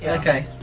okay.